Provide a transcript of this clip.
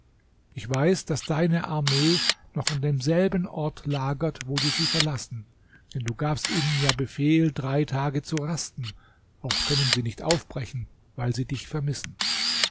ich weiß daß deine armee noch an demselben ort lagert wo du sie verlassen denn du gabst ihnen ja befehl drei tage zu rasten auch können sie nicht aufbrechen weil sie dich vermissen